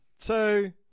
two